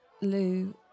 Lou